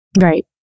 right